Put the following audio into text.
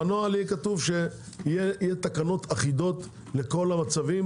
בנוהל יהיה כתוב שיהיו תקנות אחידות לכל המצבים.